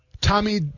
Tommy